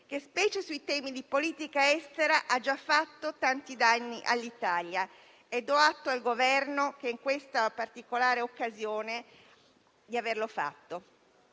che, specie sui temi di politica estera, ha già fatto tanti danni all'Italia. Do atto al Governo, in questa particolare occasione, di averlo fatto.